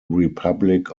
republic